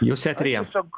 jūs etryje